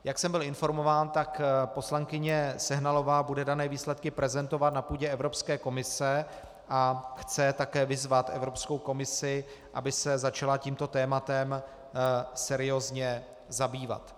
Jak jsem byl informován, tak poslankyně Sehnalová bude dané výsledky prezentovat na půdě Evropské komise a chce také vyzvat Evropskou komisi, aby se začala tímto tématem seriózně zabývat.